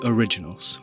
Originals